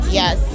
yes